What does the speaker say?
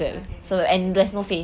okay okay okay okay